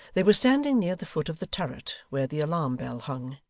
they were standing near the foot of the turret, where the alarm-bell hung.